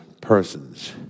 persons